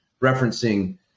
referencing